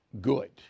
good